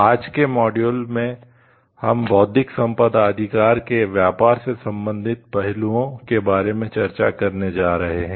आज के मॉड्यूल में हम बौद्धिक संपदा अधिकारों के व्यापार से संबंधित पहलुओं के बारे में चर्चा करने जा रहे हैं